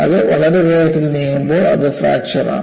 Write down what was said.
അത് വളരെ വേഗത്തിൽ നീങ്ങുമ്പോൾ അത് ഫ്രാക്ചർ ആണ്